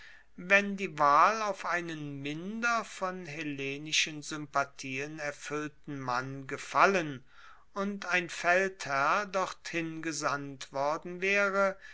wenn die wahl auf einen minder von hellenischen sympathien erfuellten mann gefallen und ein feldherr dorthin gesandt worden waere